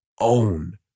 own